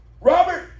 Robert